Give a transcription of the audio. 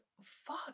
fuck